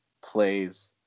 plays